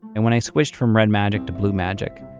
and when i switched from red magic to blue magic,